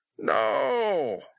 No